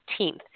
18th